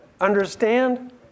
Understand